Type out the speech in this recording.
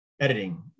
editing